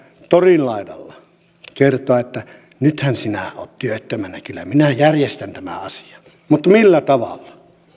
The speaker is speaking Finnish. torin laidalla kun kertoo että nythän sinä olet työttömänä kyllä minä järjestän tämän asian mutta millä tavalla